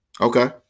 Okay